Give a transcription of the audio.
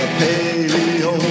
paleo